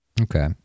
Okay